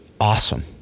awesome